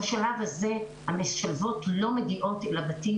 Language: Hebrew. בשלב הזה המשלבות לא מגיעות אל הבתים.